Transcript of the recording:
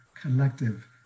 collective